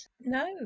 no